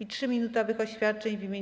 i 3-minutowych oświadczeń w imieniu kół.